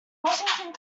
washington